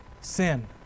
sin